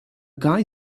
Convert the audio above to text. guy